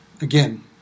Again